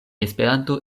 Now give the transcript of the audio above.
esperanto